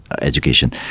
education